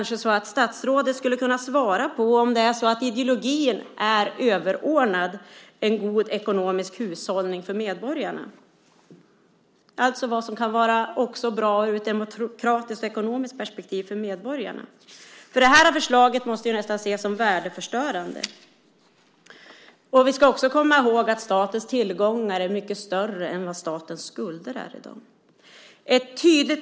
Statsrådet skulle kanske kunna svara på om ideologin är överordnad en god ekonomisk hushållning för medborgarna. Det handlar alltså om vad som också kan vara bra för medborgarna ur ett demokratiskt och ekonomiskt perspektiv. Det här förslaget måste nästan ses som värdeförstörande. Vi ska också komma ihåg att statens tillgångar är mycket större än vad statens skulder är i dag.